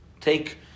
Take